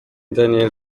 daniel